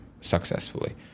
successfully